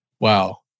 Wow